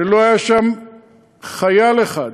לא היה שם חייל אחד,